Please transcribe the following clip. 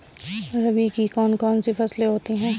रबी की कौन कौन सी फसलें होती हैं?